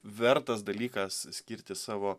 vertas dalykas skirti savo